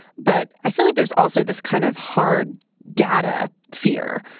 but i feel like there's also this kind of hard data fear,